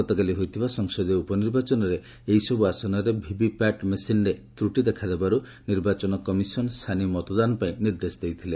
ଗତକାଲି ହୋଇଥିବା ସଂସଦୀୟ ଉପନିର୍ବାଚନରେ ଏହିସବୁ ଆସନରେ ଭିଭି ପ୍ୟାଟ୍ ମେସିନ୍ରେ ତ୍ରଟି ଦେଖା ଦେବାରୁ ନିର୍ବାଚନ କମିଶନ୍ ସାନି ମତଦାନ ପାଇଁ ନିର୍ଦ୍ଦେଶ ଦେଇଥିଲେ